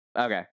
Okay